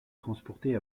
transportée